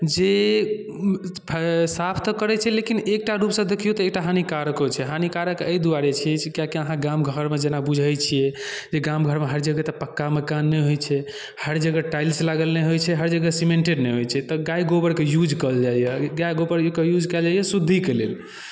जे साफ तऽ करै छै लेकिन एकटा रूपसँ देखियौ तऽ एकटा हानिकारको छै हानिकारक एहि दुआरे छै किआकि अहाँ गाम घरमे जेना बुझै छियै जे गाम घरमे हर जगह तऽ पक्का मकान नहि होइ छै हर जगह टाइल्स लागल नहि होइ छै हर जगह सीमेंटेड नहि होइ छै तऽ गाय गोबरक यूज कयल जाइए गाय गोबरक यूज कयल जाइए शुद्धिके लेल